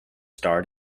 starred